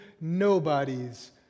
nobodies